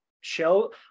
show